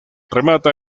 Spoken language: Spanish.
remata